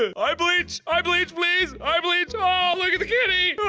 eye bleach. eye bleach, please! eye bleach! awe, look at the kitty